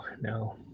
no